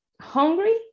hungry